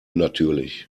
natürlich